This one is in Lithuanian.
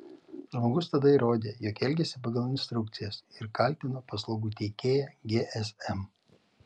žmogus tada įrodė jog elgėsi pagal instrukcijas ir kaltino paslaugų teikėją gsm